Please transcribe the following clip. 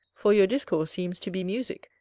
for your discourse seems to be musick,